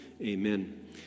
amen